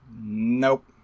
Nope